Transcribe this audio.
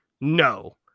no